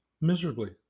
miserably